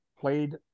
played –